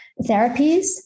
therapies